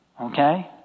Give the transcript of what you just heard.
Okay